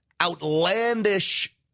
outlandish